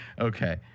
Okay